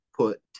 put